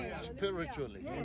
spiritually